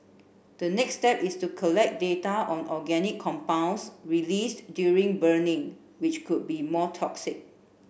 the next step is to collect data on organic compounds released during burning which could be more toxic